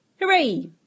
Hooray